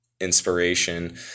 Inspiration